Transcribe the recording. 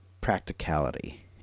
practicality